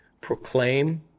proclaim